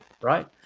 right